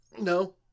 No